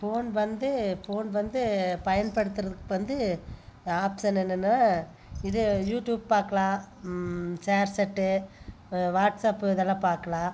phone வந்து phone வந்து பயன்படுத்துறதுக் வந்து ஆப்சன் என்னென்னா இது யூடியூப் பார்க்கலாம் சேர்சேட்டு வாட்ஸ்ஆப் இதெல்லாம் பார்க்கலாம்